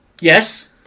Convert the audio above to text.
Yes